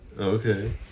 Okay